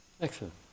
Excellent